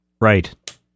Right